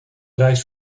reis